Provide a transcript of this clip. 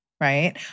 right